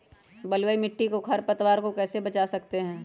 बलुई मिट्टी को खर पतवार से कैसे बच्चा सकते हैँ?